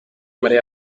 mariya